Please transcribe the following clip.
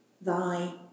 Thy